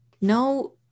no